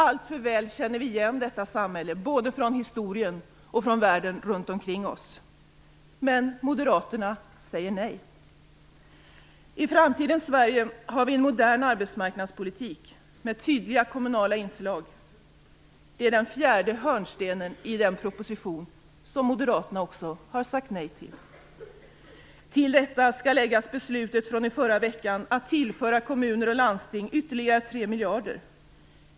Alltför väl känner vi igen detta samhälle, både från historien och från världen runt omkring oss. Men Moderaterna säger nej. I framtidens Sverige har vi en modern arbetsmarknadspolitik med tydliga kommunala inslag. Det är en annan hörnsten i den proposition som Moderaterna också har sagt nej till. Till detta skall läggas beslutet från förra veckan att tillföra kommuner och landsting ytterligare 3 miljarder kronor.